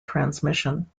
transmission